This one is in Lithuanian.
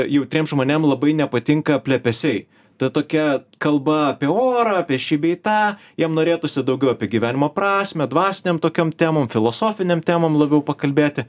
jautriem žmonėm labai nepatinka plepesiai tad tokia kalba apie orą apie šį bei tą jiem norėtųsi daugiau apie gyvenimo prasmę dvasinėm tokiom temom filosofinėm temom labiau pakalbėti